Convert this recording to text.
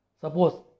Suppose